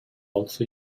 also